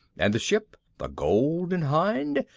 and the ship the golden hind?